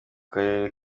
karere